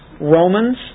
Romans